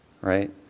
Right